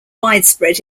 widespread